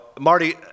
Marty